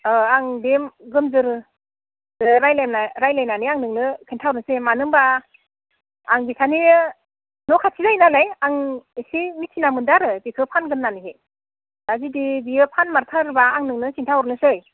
आं बे गोमजोर रायज्लायना रायज्लायनानै आं नोंनो खिन्था हरनोसै मानो होमब्ला आं बिसानि न' खाथि जायो नालाय आं एसे मिथिना मोन्दो आरो बेखो फानगोन होननानैहै दा जुदि बियो फानमारथारोब्ला आं नोंनो खिन्थाहरनोसै